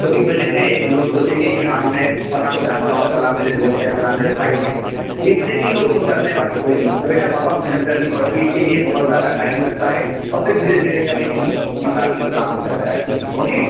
تو اِس وجہ سے لوگ سوچیں گے کہ ہاں میں فلاں کو جانتا ہوں فلاں میرے دوست ہیں فلاں میرے بھائی ہیں اِس وجہ سے ہی لوگ فون کرتے ہیں باقی کوئی نہیں تو بیٹا بہت محنت کرنی پڑتی ہے اِس کے لیے بہت زیادہ ٹائم لگتا ہے اور پھر دھیرے دھیرے جب ایک دِن ہمت آتی ہے تو کام ہو جاتا ہے اوکے